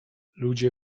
ludzie